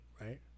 right